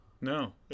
No